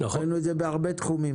ראינו את זה בהרבה תחומים.